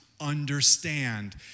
understand